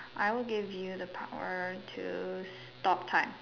I will give you the power to stop time